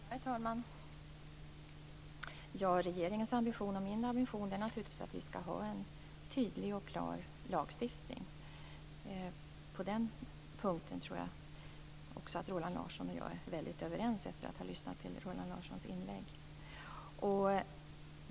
Herr talman! Regeringens och min ambition är naturligtvis att vi skall ha en tydlig och klar lagstiftning. Efter att ha lyssnat på Roland Larssons inlägg tror jag också att Roland Larsson och jag är väldigt överens på den punkten.